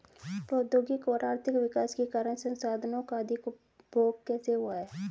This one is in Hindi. प्रौद्योगिक और आर्थिक विकास के कारण संसाधानों का अधिक उपभोग कैसे हुआ है?